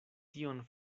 tion